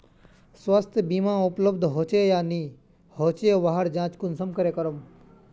स्वास्थ्य बीमा उपलब्ध होचे या नी होचे वहार जाँच कुंसम करे करूम?